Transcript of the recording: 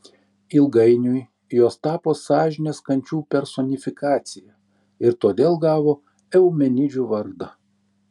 ilgainiui jos tapo sąžinės kančių personifikacija ir todėl gavo eumenidžių vardą